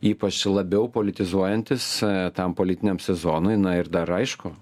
ypač labiau politizuojantis tam politiniam sezonui na ir dar aišku